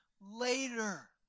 later